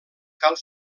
cal